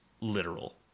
literal